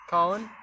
Colin